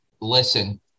listen